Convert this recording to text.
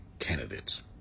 candidates